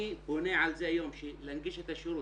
אני פונה היום להנגיש את השירות,